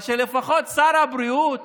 אבל שלפחות שר הבריאות